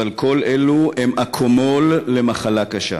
אבל כל אלה הם אקמול למחלה קשה.